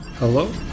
Hello